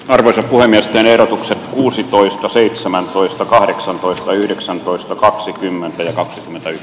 arvoisa puhemies eero kuusitoista seitsemäntoista kahdeksantoista yhdeksäntoista kaksikymmentä ja kaksikymmentä